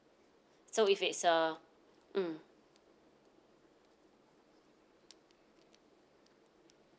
so if it's uh mm